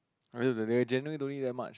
generally don't need that much